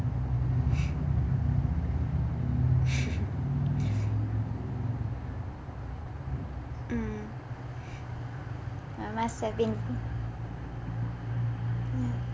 mm uh must have been